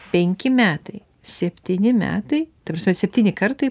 penki metai septyni metai ta prasme septyni kartai